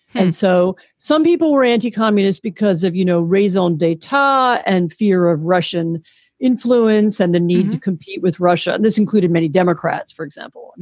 and so some people were anti-communist because of, you know, raisen day detente and fear of russian influence and the need to compete with russia. this included many democrats, for example.